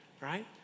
Right